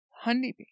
Honeybee